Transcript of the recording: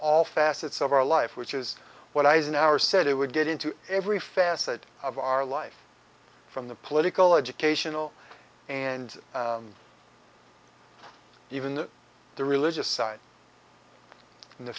all facets of our life which is what eisenhower said it would get into every facet of our life from the political educational and even the religious side and the